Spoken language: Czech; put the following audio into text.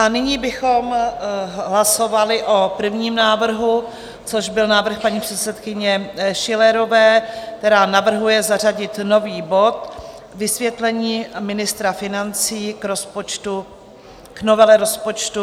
Nyní bychom hlasovali o prvním návrhu, což byl návrh paní předsedkyně Schillerové, která navrhuje zařadit nový bod Vysvětlení ministra financí k rozpočtu, k novele rozpočtu 2022.